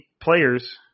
players